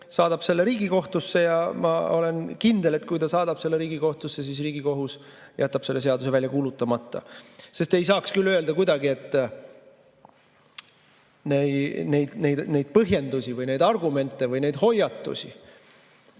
saadab selle Riigikohtusse, ja ma olen kindel, et kui ta saadab selle Riigikohtusse, siis Riigikohus jätab selle seaduse välja kuulutamata. Sest ei saaks küll öelda kuidagi, et neid põhjendusi või neid argumente või neid hoiatusi,